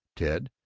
ted,